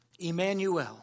Emmanuel